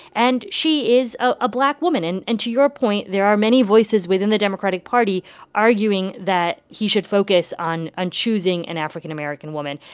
and she is a black woman and and to your point, there are many voices within the democratic party arguing that he should focus on choosing an african american woman.